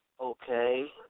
okay